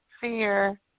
Fear